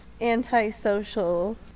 antisocial